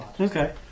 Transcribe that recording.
Okay